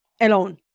alone